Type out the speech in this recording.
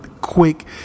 quick